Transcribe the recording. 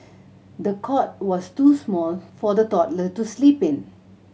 the cot was too small for the toddler to sleep in